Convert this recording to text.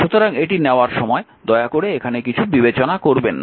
সুতরাং এটি নেওয়ার সময় দয়া করে এখানে কিছু বিবেচনা করবেন না